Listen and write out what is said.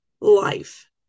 life